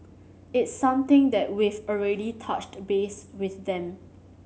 it's something that we've already touched base with them